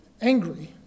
angry